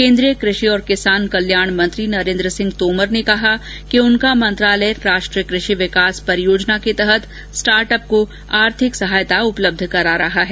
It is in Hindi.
केन्द्रीय कृषि और किसान कल्याण मंत्री नरेन्द्र सिंह तोमर र्न कहा है कि उनका मंत्रालय राष्ट्रीय कृषि विकास योजना के तहत स्टार्टअप को आर्थिक सहायता उपलब्ध करा रहा है